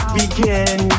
begin